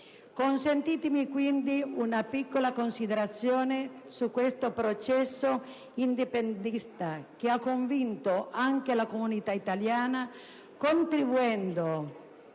Consentitemi, quindi, una piccola considerazione su questo processo indipendentista che ha coinvolto anche la comunità italiana, contribuendo